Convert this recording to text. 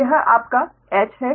तो यह आपका h है